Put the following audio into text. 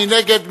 מי נגד?